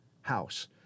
house